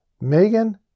Megan